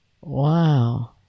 Wow